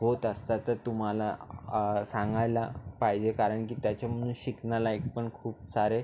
होत असता तर तू मला सांगायला पाहिजे कारण की त्याच्यामुळे शिकणालायक पण खूप सारे